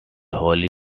holy